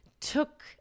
took